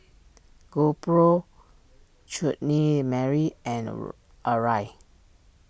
GoPro Chutney Mary and Arai